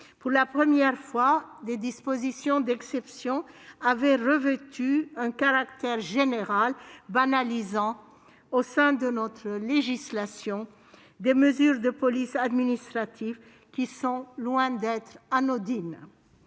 Pour la première fois, des dispositions d'exception avaient revêtu un caractère général, banalisant au sein de notre législation des mesures de police administrative qui sont loin d'être anodines.